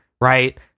right